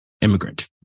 immigrant